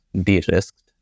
de-risked